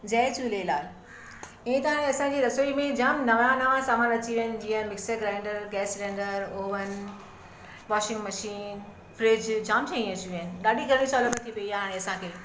जय झूलेलाल ईअं त हाणे असांजी रसोई में जाम नवां नवां सामानु अची विया आहिनि जीअं mixer grinder gas cylinder oven washing machine fridge जाम शयूं अची विया आहिनि ॾाढी घणी सहुलियत अची पई आहे असांखे